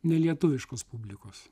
ne lietuviškos publikos